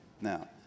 Now